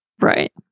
Right